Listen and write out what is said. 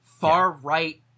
far-right